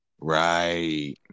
Right